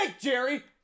Jerry